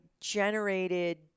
generated